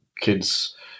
kids